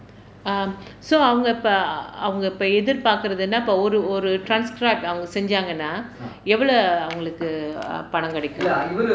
um so அவங்க இப்போ அவங்க இப்போ ஏதிர்பார்க்கிறது என்ன இப்போ ஒரு ஒரு:avnga ippo avanga ippo ethirppaarkirathu enna ippo oru oru transcribe அவங்க செஞ்சாங்கன்னா எவ்வளவு அவங்களுக்கு பணம் கிடைக்கும்:avanga senjaanagannaa evvalavu avangalukku panam kidaikkum